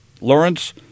Lawrence